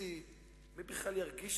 היא אמרה